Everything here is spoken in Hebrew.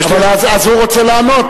אז הוא רוצה לענות.